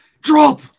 Drop